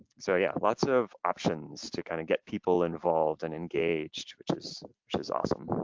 so yeah, lots of options to kind of get people involved and engaged which is which is awesome.